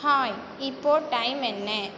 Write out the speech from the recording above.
hi இப்போ time என்ன